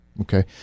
Okay